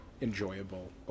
enjoyable